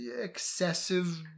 excessive